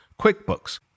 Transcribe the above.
QuickBooks